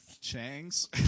Chang's